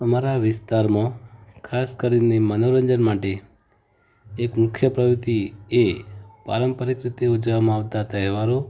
અમારા વિસ્તારમાં ખાસ કરીને મનોરંજન માટે એક મુખ્ય પ્રવૃત્તિ એ પારંપારિક રીતે ઉજવવામાં આવતા તહેવારો